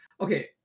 Okay